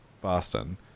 Boston